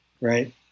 Right